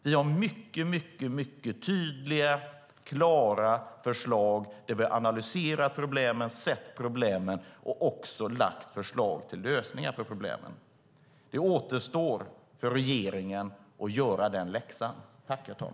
Vi har mycket tydliga och klara förslag. Vi analyserar problemen, ser problemen och lägger fram förslag till lösningar på problemen. Det återstår för regeringen att göra läxan.